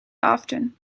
often